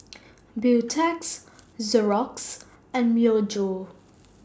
Beautex Xorex and Myojo